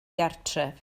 gartref